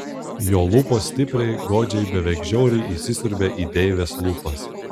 jo lūpos stipriai godžiai beveik žiauriai įsisiurbė į deivės lūpas